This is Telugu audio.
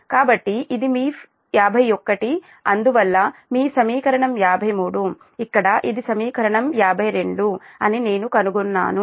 కాబట్టి ఇది మీ 51 అందువల్ల మీ సమీకరణం 53 ఇక్కడ ఇది సమీకరణం 52 అని నేను కనుగొన్నాను